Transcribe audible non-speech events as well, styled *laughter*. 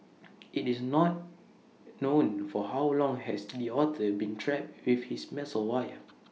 IT is not known for how long has the otter been trapped with this *unintelligible* wire